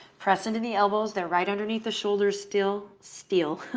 press into the elbows. they're right underneath the shoulders still. steel.